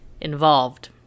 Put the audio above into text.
involved